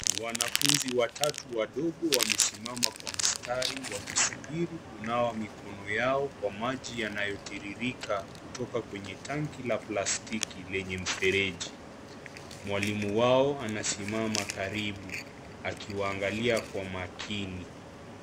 Wanafunzi watatu wadogo wamesimama kwa mstari wakisubiri kunawa mikono yao kwa maji yanayotiririka kutoka kwenye tanki la plastiki lenye mfereji, mwalimu wao anasimama karibu akiwaangalia kwa makini.